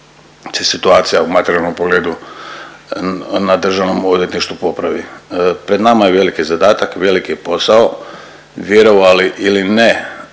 se situacija u materijalnom pogledu na Državnom odvjetništvu popravi. Pred nama je veliki zadatak, veliki posao. Vjerovali ili ne